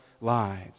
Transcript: lives